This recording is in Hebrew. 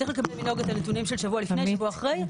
צריך לקבל מנגה את הנתונים של השבוע לפני והשבוע אחרי,